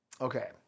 Okay